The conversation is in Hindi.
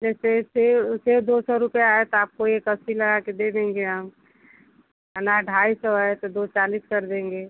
जैसे सेब सेब दो सौ रुपया है तो आपको एक अस्सी लगाके दे देंगे हम अनार ढाई सौ है तो दो चालीस कर देंगे